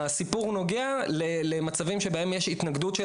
הסיפור נוגע למצבים שבהם יש התנגדות של